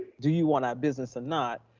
do you want our business or not?